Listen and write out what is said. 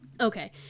Okay